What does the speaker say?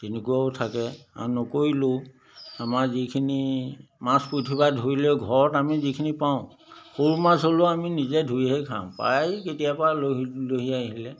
তেনেকুৱাও থাকে আৰু নকৰিলেও আমাৰ যিখিনি মাছ পুঠিৰ পৰা ধৰি লৈ ঘৰত আমি যিখিনি পাওঁ সৰু মাছ হ'লেও আমি নিজে ধৰিহে খাওঁ প্ৰায়ে কেতিয়াবা আলহী দুলহী আহিলে